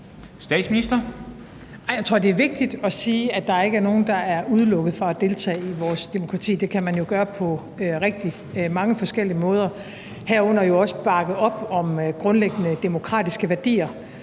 Nej, jeg tror, det er vigtigt at sige, at der ikke er nogen, der er udelukket fra at deltage i vores demokrati; det kan man jo gøre på rigtig mange forskellige måder, herunder jo også bakke op om grundlæggende demokratiske værdier,